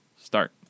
Start